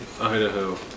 Idaho